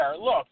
Look